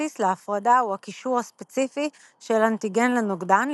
והבסיס להפרדה הוא הקישור הספציפי של אנטיגן לנוגדן,